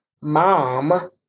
mom